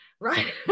Right